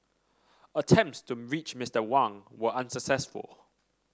attempts to reach Mister Wang were unsuccessful